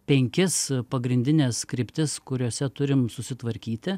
penkis pagrindines kryptis kuriose turim susitvarkyti